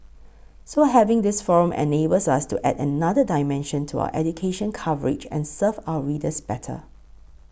so having this forum enables us to add another dimension to our education coverage and serve our readers better